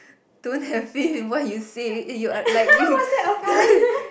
don't have feel and what you say uh like you